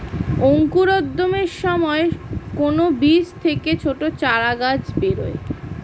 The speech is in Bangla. অঙ্কুরোদ্গমের সময় কোন বীজ থেকে ছোট চারাগাছ বেরোয়